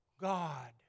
God